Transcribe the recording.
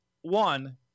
one